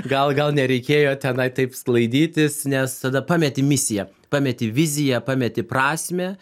gal gal nereikėjo tenai taip sklaidytis nes tada pameti misiją pameti viziją pameti prasmę